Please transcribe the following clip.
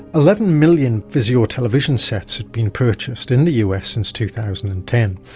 eleven million vizio television sets had been purchased in the us since two thousand and ten.